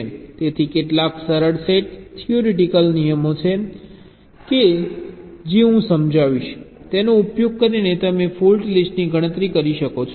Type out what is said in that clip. તેથી કેટલાક સરળ સેટ થિયોરેટિક નિયમો છે જે હું સમજાવીશ જેનો ઉપયોગ કરીને તમે ફોલ્ટ લિસ્ટની ગણતરી કરી શકો છો